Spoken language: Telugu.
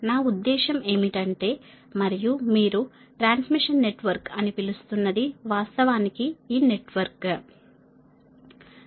నా ఉద్దేశ్యం ఏమిటంటే మరియు మీరు ట్రాన్స్మిషన్ నెట్వర్క్ అని పిలుస్తున్నది వాస్తవానికి ఈ నెట్వర్క్ సరైనది